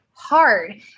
Hard